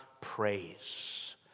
praise